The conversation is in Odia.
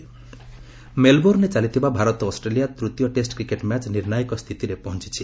କ୍ରିକେଟ୍ ମେଲ୍ବୋର୍ଣ୍ଣରେ ଚାଲିଥିବା ଭାରତ ଅଷ୍ଟ୍ରେଲିଆ ତୃତୀୟ ଟେଷ୍ଟ୍ର୍ କ୍ରିକେଟ୍ ମ୍ୟାଚ୍ ନିର୍ଣ୍ଣାୟକ ସ୍ଥିତିରେ ପହଞ୍ଚିଛି